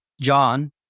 John